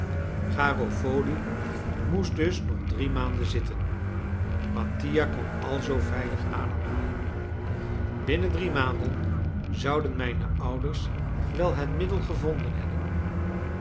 garofoli moest dus nog drie maanden zitten mattia kon alzoo veilig ademhalen binnen drie maanden zouden mijne ouders wel het middel gevonden hebben